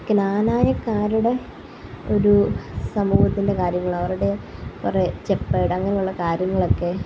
ക്നാനായക്കാരുടെ ഒരൂ സമൂഹത്തിൻ്റെ കാര്യങ്ങള് അവരുടെ കുറെ ചെപ്പേഡ് അങ്ങനെയുള്ള കാര്യങ്ങളൊക്കെ